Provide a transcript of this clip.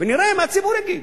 ונראה מה הציבור יגיד.